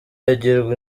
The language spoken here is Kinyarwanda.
agirwa